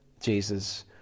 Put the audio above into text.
Jesus